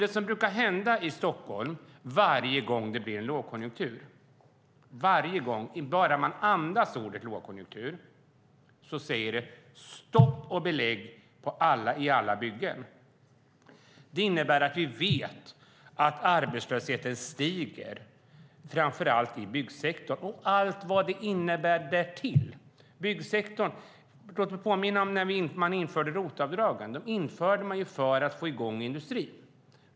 Det som brukar hända i Stockholm varje gång det blir lågkonjunktur, ja bara man andas ordet "lågkonjunktur", är att det blir stopp och belägg i alla byggen. Det innebär att vi vet att arbetslösheten stiger framför allt i byggsektorn, med allt vad det innebär. Låt mig påminna om varför man införde ROT-avdragen. Dem införde man för att få i gång industrin.